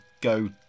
go